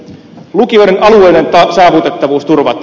ja sitten liite